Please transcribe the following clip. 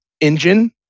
engine